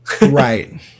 Right